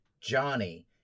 Johnny